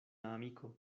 amiko